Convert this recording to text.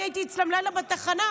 אני הייתי אצלם לילה בתחנה.